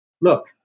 Look